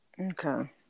Okay